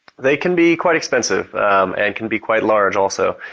they can be quite expensive and can be quite large also.